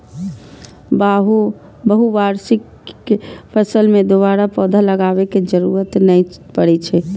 बहुवार्षिक फसल मे दोबारा पौधा लगाबै के जरूरत नै पड़ै छै